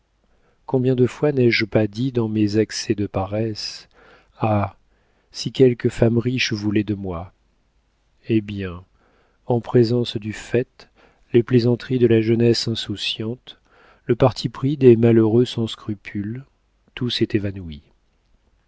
combien de fois n'ai-je pas dit dans mes accès de paresse ah si quelque femme riche voulait de moi eh bien en présence du fait les plaisanteries de la jeunesse insouciante le parti pris des malheureux sans scrupule tout s'est évanoui